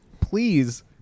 please